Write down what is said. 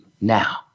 now